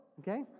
okay